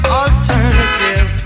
alternative